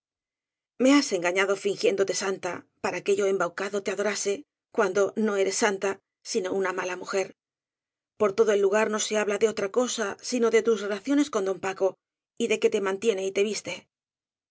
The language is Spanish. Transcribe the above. me has engañado fingiéndote santa para que yo embaucado te adorase cuando no eres santa sino una mala mujer por todo el lugar no se ha bla de otra cosa sino de tus relaciones con don paco y de que te mantiene y te viste